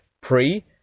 pre